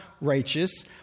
righteous